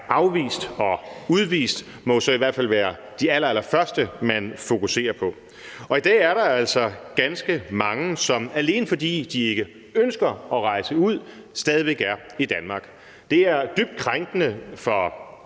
afvist og udvist, må jo så i hvert fald være de allerallerførste, man fokuserer på, og i dag er der altså ganske mange, som alene fordi de ikke ønsker at rejse ud, stadig væk er i Danmark. Det er dybt krænkende for